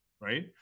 Right